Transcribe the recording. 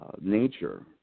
nature